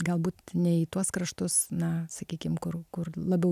galbūt ne į tuos kraštus na sakykim kur kur labiau